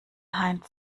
heinz